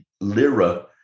lira